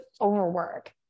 overwork